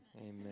Amen